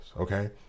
Okay